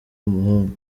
w’umuhungu